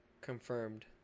confirmed